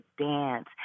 dance